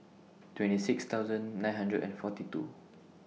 twenty six thousand nine hundred and forty two